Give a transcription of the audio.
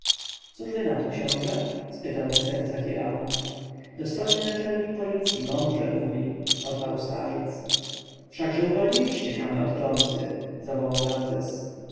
cóż wy na to książę spytał następca hirama dostojny naczelnik policji mądrze mówi odparł starzec wszakże uwolniliście kamę od klątwy zawołał ramzes